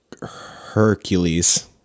Hercules